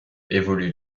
évolue